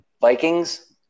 Vikings